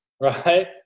right